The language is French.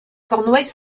cornouaille